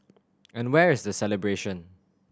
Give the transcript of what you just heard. and where is the celebration